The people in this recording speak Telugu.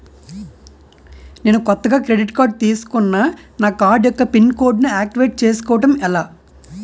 నేను కొత్తగా క్రెడిట్ కార్డ్ తిస్కున్నా నా కార్డ్ యెక్క పిన్ కోడ్ ను ఆక్టివేట్ చేసుకోవటం ఎలా?